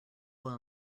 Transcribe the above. will